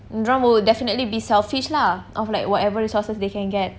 dia orang will definitely be selfish lah of like whatever resources they can get